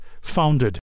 founded